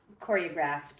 choreographed